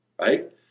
right